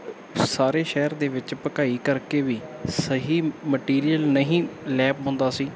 ਸਾਰੇ ਸ਼ਹਿਰ ਦੇ ਵਿੱਚ ਭਕਾਈ ਕਰਕੇ ਵੀ ਸਹੀ ਮਟੀਰੀਅਲ ਨਹੀਂ ਲੈ ਪਾਉਂਦਾ ਸੀ